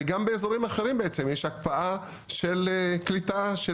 וגם באזורים אחרים בעצם יש הקפאה של קליטה של